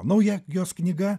nauja jos knyga